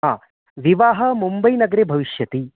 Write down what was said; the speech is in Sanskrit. हा विवाहः मुम्बैनगरे भविष्यति